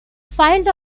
filed